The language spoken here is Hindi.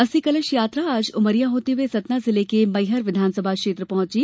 अस्थि कलश यात्रा आज उमरिया होते हुये सतना जिले के मैहर विधानसभा क्षेत्र में पहुंचेगी